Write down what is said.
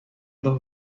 dos